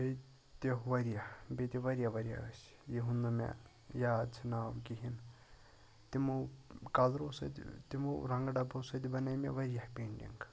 بیٚیہِ تہِ واریاہ بیٚیہِ تہِ واریاہ واریاہ ٲسۍ یُہُنٛد نہٕ مےٚ یاد چھُ ناو کِہیٖنۍ تِمو کَلرو سۭتۍ تمو رَنٛگہٕ ڈَبو سۭتۍ بَنٲے مےٚ واریاہ پینٛٹِنٛگ